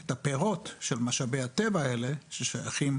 את הפירות של משאבי הטבע האלה ששייכים